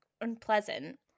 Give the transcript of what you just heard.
unpleasant